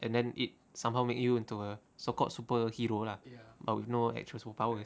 and then it somehow made you into a so called superhero ah but with no actual superpower